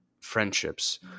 friendships